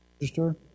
register